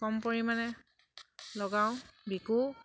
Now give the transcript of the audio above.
কম পৰিমাণে লগাও বিকোঁ